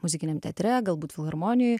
muzikiniam teatre galbūt filharmonijoj